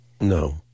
No